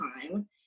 time